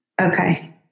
Okay